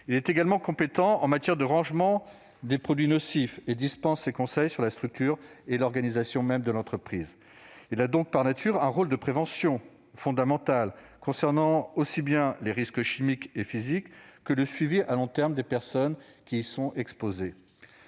Il est également compétent en matière de rangement des produits nocifs et dispense ses conseils sur la structure et l'organisation même de l'entreprise. Il a donc, par nature, un rôle de prévention fondamental concernant aussi bien les risques chimiques et physiques que le suivi à long terme des personnes exposées.